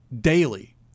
daily